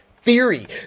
theory